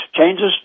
Changes